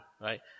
right